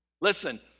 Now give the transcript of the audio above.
Listen